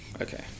Okay